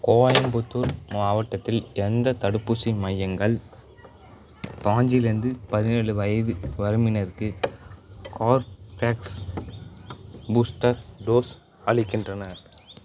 கோயம்புத்தூர் மாவட்டத்தில் எந்த தடுப்பூசி மையங்கள் பாஞ்சிலேருந்து பதினேழு வயது வரம்பினருக்கு கார்ப்வேக்ஸ் பூஸ்டர் டோஸ் அளிக்கின்றன